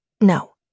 no